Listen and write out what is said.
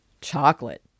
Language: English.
chocolate